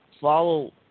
follow